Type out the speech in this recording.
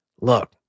look